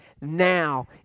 Now